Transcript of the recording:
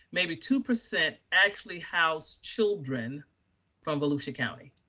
maybe two percent actually housed children from volusia county.